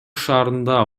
шаарында